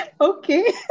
okay